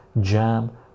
jam